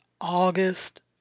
August